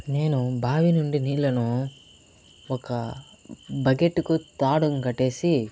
నేను బావి నుండి నీళ్లను ఒక బకెట్ కు తాడును కట్టేసి